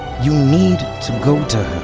you need to go to